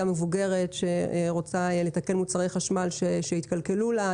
מבוגרת שרוצה לתקן מוצרי חשמל שהתקלקלו לה,